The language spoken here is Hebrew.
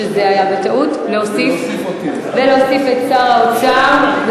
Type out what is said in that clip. של חברת הכנסת זהבה גלאון.